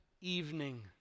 evening